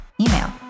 email